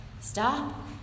stop